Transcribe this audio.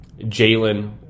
Jalen